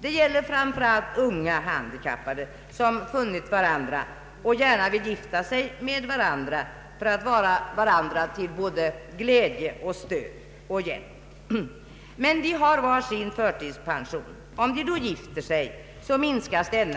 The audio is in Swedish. Det gäller framför allt unga handikappade som funnit varandra och gärna vill gifta sig med varandra för att vara varandra till glädje, stöd och hjälp. De har var sin förtidspension. Om de gifter sig minskas denna.